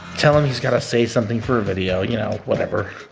tell him he's gotta say something for a video, you know, whatever.